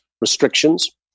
restrictions